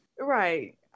right